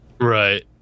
Right